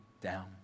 down